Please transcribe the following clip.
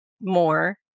more